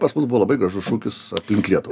pas mus buvo labai gražus šūkis aplink lietuvą